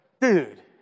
dude